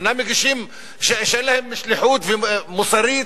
שאין להם שליחות מוסרית,